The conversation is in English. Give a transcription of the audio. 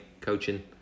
coaching